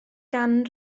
gan